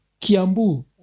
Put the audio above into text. Kiambu